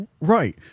Right